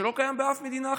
שלא קיים באף מדינה אחרת.